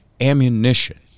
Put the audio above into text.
ammunition